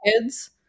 kids